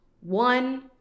one